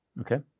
Okay